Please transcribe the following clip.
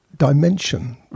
Dimension